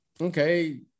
okay